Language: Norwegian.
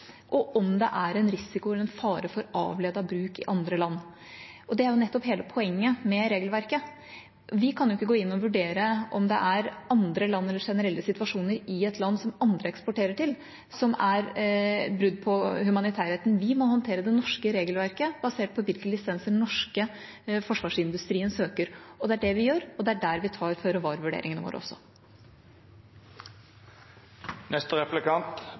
og om det er en fare for avledet bruk i andre land. Det er nettopp hele poenget med regelverket: Vi kan ikke gå inn og vurdere om det er generelle situasjoner i et land som andre eksporterer til, som er brudd på humanitærretten. Vi må håndtere det norske regelverket, basert på hvilken lisens den norske forsvarsindustrien søker. Det er det vi gjør, og det er der vi tar føre-var-vurderingen vår også. Den 8. desember forsikret utenriksministeren Stortinget om at det ikke var